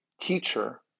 teacher